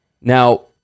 Now